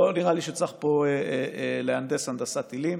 לא נראה לי שצריך פה להנדס הנדסת טילים,